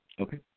okay